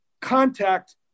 contact